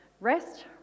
rest